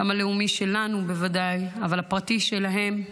גם הלאומי שלנו, בוודאי, אבל הפרטי שלהם,